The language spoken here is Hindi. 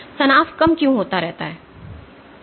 तनाव कम क्यों होता रहता है